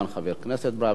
חבר הכנסת ברוורמן,